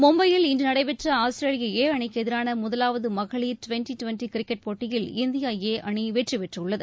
மும்பையில் இன்று நடைபெற்ற ஆஸ்திரேலியா ஏ அணிக்கு எதிரான முதலாவது மகளிர் டுவெண்டி டுவெண்டி கிரிக்கெட் போட்டியில் இந்தியா ஏ அணி வெற்றிபெற்றுள்ளது